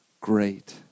Great